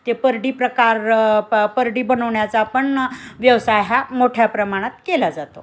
ते परडी प्रकार प परडी बनवण्याचा पण व्यवसाय हा मोठ्या प्रमाणात केला जातो